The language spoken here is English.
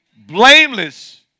blameless